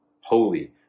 Holy